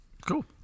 Cool